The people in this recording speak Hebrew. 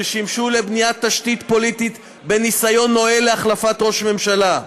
ששימשו לבניית תשתית פוליטית בניסיון נואל להחלפת ראש ממשלה,